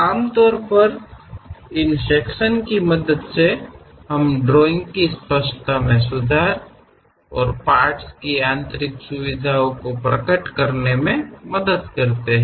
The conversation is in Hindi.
आमतौर पर इन सेक्शन की मदद से हम ड्राइंग की स्पष्टता में सुधार और पार्ट्स की आंतरिक सुविधाओ को प्रकट करने में मदद करता है